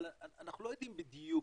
אנחנו לא יודעים בדיוק